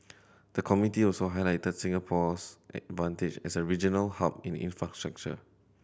the committee also highlighted Singapore's advantage as a regional hub in infrastructure